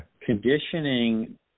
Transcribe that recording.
Conditioning